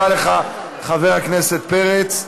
תודה רבה לך, חבר הכנסת פרץ.